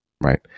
right